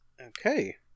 Okay